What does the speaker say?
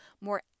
more